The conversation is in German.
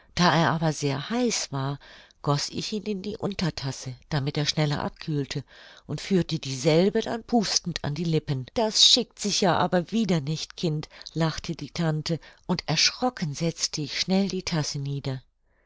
da er aber sehr heiß war goß ich ihn in die untertasse damit er schneller abkühlte und führte dieselbe dann pustend an die lippen das schickt sich ja aber wieder nicht kind lachte die tante und erschrocken setzte ich schnell die tasse nieder